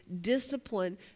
discipline